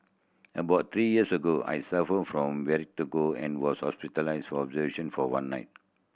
about three years ago I suffered from and was hospitalised for observation for one night